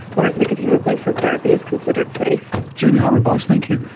whereas nicotine replacement therapy is considered safe. jamie hartmann-boyce, thank you.